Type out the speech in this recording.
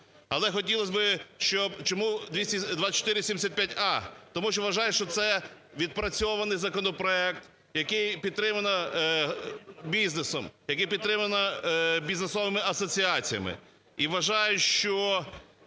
Але хотілося би, щоб… чому 2475а? Тому що вважаємо, що це відпрацьований законопроект, який підтримано бізнесом, який підтримано бізнесовими асоціаціями.